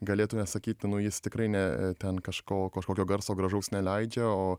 galėtume sakyt nu jis tikrai ne ten kažko kažkokio garso gražaus neleidžia o